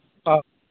ᱚᱻ